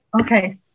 okay